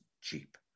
cheap